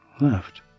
left